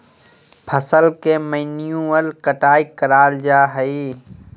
फसल के मैन्युअल कटाय कराल जा हइ